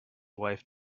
wife